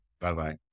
Bye-bye